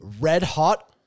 red-hot